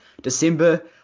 December